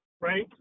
right